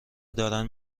دارن